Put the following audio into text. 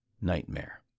nightmare